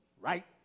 Right